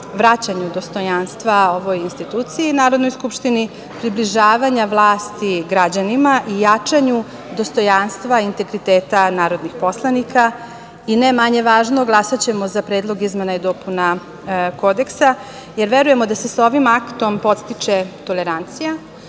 vraćanju dostojanstva ovoj instituciji - Narodnoj skupštini, približavanja vlasti građanima i jačanju dostojanstva, integriteta narodnih poslanika. Ne manje važno, glasaćemo za predloge izmena i dopuna Kodeksa, jer verujemo da se sa ovim aktom podstiče tolerancija,